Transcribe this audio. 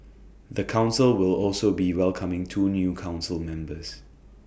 the Council will also be welcoming two new Council members